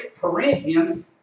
Corinthians